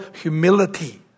humility